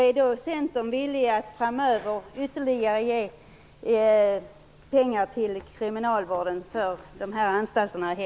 Är då Centern villig att framöver ge ytterligare pengar till kriminalvårdens anstalter och häkten?